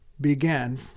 began